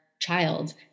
child